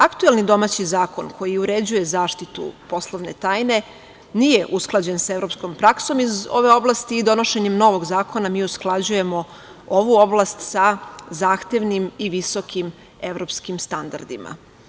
Aktuelni domaći zakon koji uređuje zaštitu poslovne tajne nije usklađen sa evropskom praksom iz ove oblasti i donošenjem novog zakona mi usklađujemo ovu oblast sa zahtevnim i visokim evropskim standardima.